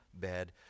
bed